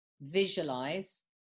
visualize